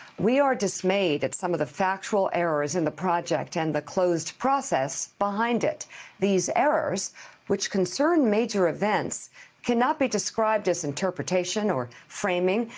we are dismayed at some of the factual errors in the project and the closed process behind it flts these errors which concern major events cannot be described as enteration or framing.